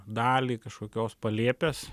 dalį kažkokios palėpės